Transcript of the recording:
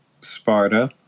Sparta